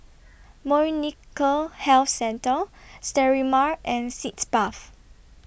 Molnylcke Health Centre Sterimar and Sitz Bath